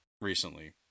recently